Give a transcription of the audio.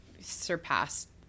surpassed